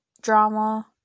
drama